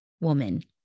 woman